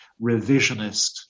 revisionist